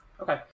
Okay